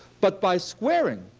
but by squaring